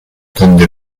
donde